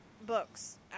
books